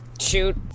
shoot